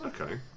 okay